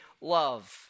love